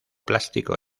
plástico